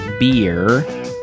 Beer